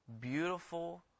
beautiful